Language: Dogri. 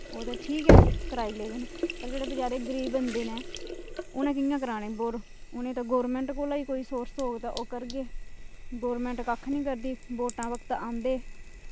ओह् ते ठीक ऐ कराई लेदे न पर जेह्ड़े बचैरे गरीब बंदे न उ'नें कियां कराने बोर उ'नेंगी ते गौरमैंट कोला ई कोई सोर्स होग ते ओह् करगे गौरमैंट कक्ख नी करदी वोटां वक्त औंदे